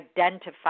identify